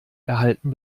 erhalten